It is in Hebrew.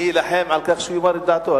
אני אלחם על כך שיאמר את דעתו.